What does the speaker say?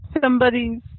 somebody's